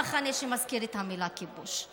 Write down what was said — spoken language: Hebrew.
המחנה שמזכיר את המילה כיבוש.